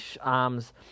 arms